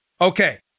Okay